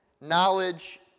knowledge